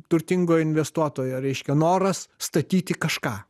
turtingo investuotojo reiškia noras statyti kažką